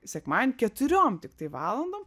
sekmadienį keturiom tiktai valandom